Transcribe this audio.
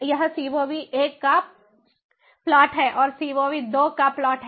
यह CoV I का plot है और CoV II का प्लॉट है